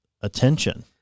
attention